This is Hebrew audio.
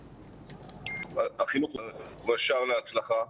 החינוך הוא משאב להצלחה.